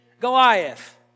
Goliath